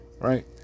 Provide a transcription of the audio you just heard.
right